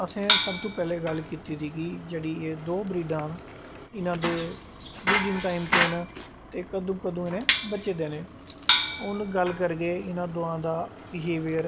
असें सब तो पैह्लैं गल्ल कीती दी ते जेह्ड़ी एह् दो ब्रीड़ा न इनां दे ब्रीडिंग टाईम केह् न ते कदूं कदूं इनें बच्चे देनें न हून ग्ल्ल करगे कि इनां दोआं दा विहेवियर केह्कड़ा ऐ